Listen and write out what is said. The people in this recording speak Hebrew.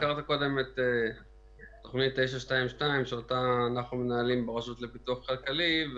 הזכרת קודם את תוכנית 922 שאותה אנחנו מנהלים ברשות לפיתוח כלכלי.